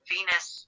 Venus